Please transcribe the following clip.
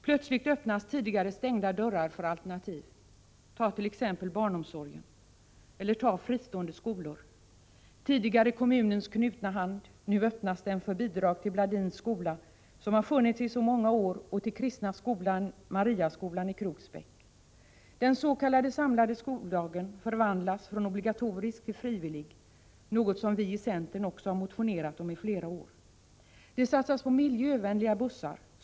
Plötsligt öppnas tidigare stängda dörrar för alternativ. Ta t.ex. barnomsorgen eller fristående skolor. Nu öppnas kommunens tidigare knutna hand för bidrag till Bladins skola, som har funnits i många år, och till kristna skolan i Kroksbäck, Mariaskolan. Den s.k. samlade skoldagen förvandlas från obligatorisk till frivillig, något som vi i centern också har motionerat om i flera år. Det satsas på miljövänliga bussar.